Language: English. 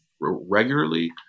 regularly